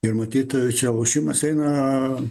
ir matyt čia lošimas eina